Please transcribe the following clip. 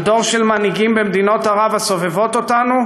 על דור של מנהיגים במדינות ערב הסובבות אותנו